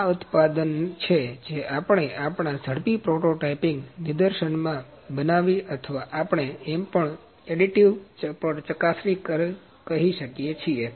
આ ઉત્પાદન છે જે આપણે આપણા ઝાડપી પ્રોટોઈપિંગ નિદર્શનમાં બનાવી અથવા આપણે એમ પણ એડીટિવ ચકાસણી પણ કહી શકીએ